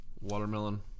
watermelon